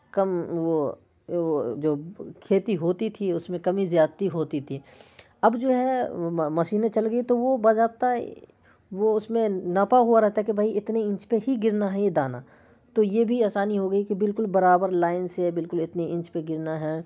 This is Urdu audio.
کم وہ وہ جو کھیتی ہوتی تھی اس میں کمی زیادتی ہوتی تھی اب جو ہے مشینیں چل گئی ہے تو وہ باضابطہ وہ اس میں ناپا ہوا رہتا ہے کہ بھائی اتنے اینچ پہ ہی گرنا ہے یہ دانا تو یہ بھی آسانی ہو گئی ہے بالکل برابر لائن سے یا بالکل اتنے اینچ پہ گرنا ہے